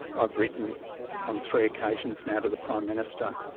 i've written on three occasions now to the prime minister.